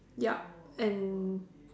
yup and